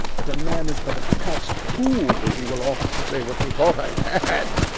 but man is but a patch'd fool, if he will offer to say what methought i had.